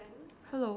hello